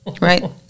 Right